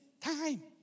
time